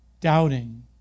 doubting